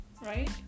Right